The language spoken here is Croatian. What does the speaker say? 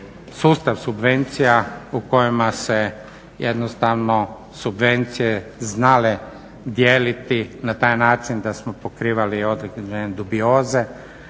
sustav subvencija u kojima su se jednostavno subvencije znale dijeliti na taj način da smo pokrivali određene dubioze